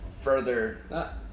further